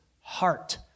heart